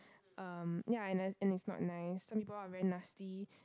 um ya and and it's not nice some people are very nasty